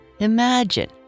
Imagine